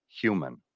human